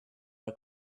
her